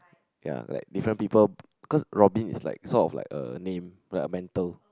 ya like different people cause Robin is like sort of like a name like a mental